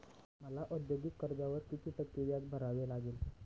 मला औद्योगिक कर्जावर किती टक्के व्याज भरावे लागेल?